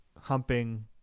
humping